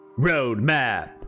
roadmap